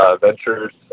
ventures